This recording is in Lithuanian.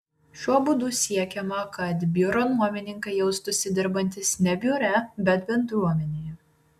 šiuo būdu siekiama kad biuro nuomininkai jaustųsi dirbantys ne biure bet bendruomenėje